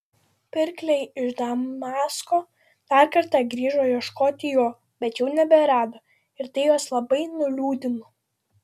pirkliai iš damasko dar kartą grįžo ieškoti jo bet jau neberado ir tai juos labai nuliūdino